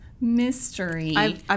mystery